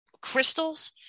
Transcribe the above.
crystals